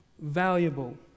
valuable